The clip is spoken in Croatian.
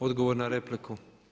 Odgovor na repliku.